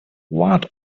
what